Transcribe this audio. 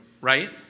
right